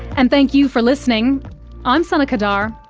and thank you for listening i'm sana qadar.